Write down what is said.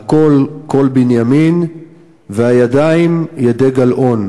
"הקול קול בנימין והידיים ידי גלאון".